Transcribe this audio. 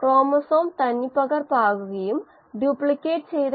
5 ആണ്